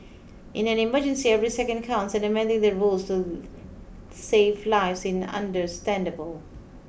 in an emergency every second counts and amending the rules save lives in understandable